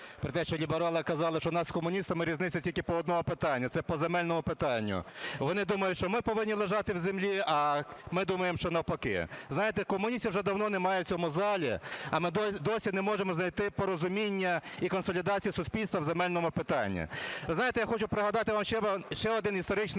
про те, що ліберали казали, що у нас з комуністами різниця тільки по одному питанню – це по земельному питанню. Вони думали, що ми повинні лежати в землі, а ми думаємо, що навпаки. Знаєте, комуністів вже давно немає в цьому залі, а ми досі не можемо знайти порозуміння і консолідацію суспільства в земельному питанні. Ви знаєте, я хочу пригадати вам ще один історичний